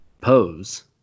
pose